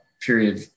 period